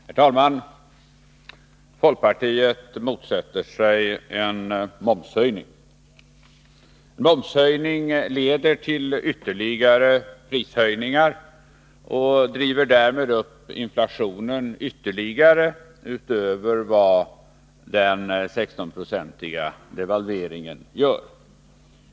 Herr talman! Folkpartiet motsätter sig en momshöjning. Den leder till ytterligare prishöjningar och driver därmed upp inflationen ytterligare, utöver vad den 16-procentiga devalveringen gör.